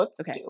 Okay